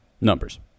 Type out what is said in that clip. numbers